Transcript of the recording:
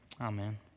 Amen